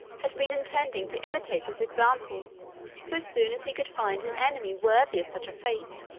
had been intending to imitate this example so soon as he could find an enemy worthy of such a fate.